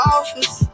office